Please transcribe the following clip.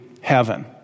heaven